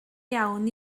iawn